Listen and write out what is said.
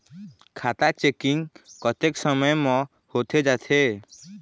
खाता चेकिंग कतेक समय म होथे जाथे?